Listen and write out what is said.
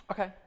Okay